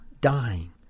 dying